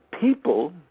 People